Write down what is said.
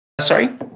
Sorry